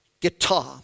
guitar